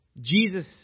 Jesus